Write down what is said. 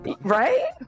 right